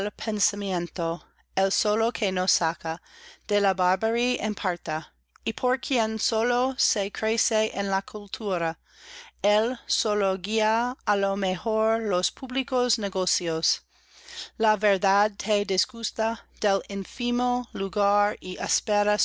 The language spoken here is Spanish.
pensamiento el solo que nos saca de la barbarie en parte y por quien solo se crece en la cultura él sólo guía i lo mejor los públicos negocios la verdad te disgusta del ínfimo lugar